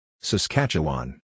Saskatchewan